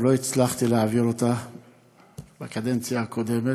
לא הצלחתי להעביר אותה בקדנציה הקודמת.